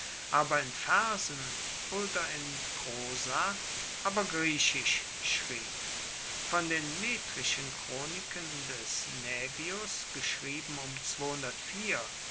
aber in versen oder in prosa aber griechisch schrieb von den metrischen chroniken des naevius